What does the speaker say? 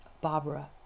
Barbara